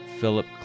Philip